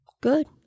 Good